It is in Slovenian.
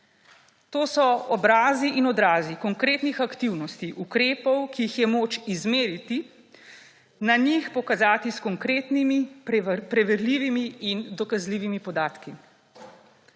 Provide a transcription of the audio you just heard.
To so obrazi in odrazi konkretnih aktivnosti, ukrepov, ki jih je moč izmeriti, na njih pokazati s konkretnimi, preverljivimi in dokazljivimi podatki.